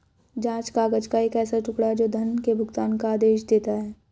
जाँच काग़ज़ का एक ऐसा टुकड़ा, जो धन के भुगतान का आदेश देता है